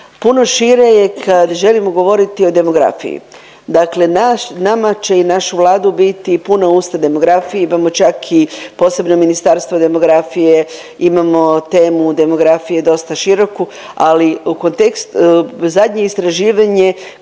Puno šire je kad želimo govoriti o demografiji. Dakle, nama će i našu vladu biti puna usta demografije, imamo čak i posebno Ministarstvo demografije. Imamo temu demografije dosta široku, ali zadnje istraživanje